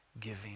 giving